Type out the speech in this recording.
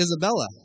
Isabella